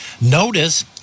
notice